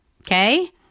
Okay